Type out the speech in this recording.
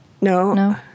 no